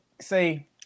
say